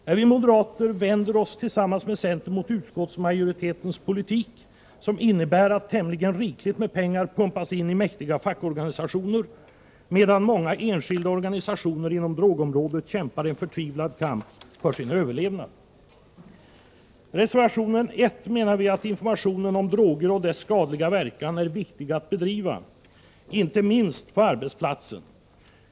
Nej, vi moderater vänder oss tillsammans med centern mot utskottsmajoritetens politik, som innebär att tämligen rikligt med pengar pumpas in i mäktiga fackorganisationer, medan många enskilda organisationer inom drogområdet kämpar en förtvivlad kamp för sin överlevnad. I reservationen 1 anför vi att informationen om droger och deras skadliga verkan är viktig att bedriva, inte minst på arbetsplatsen.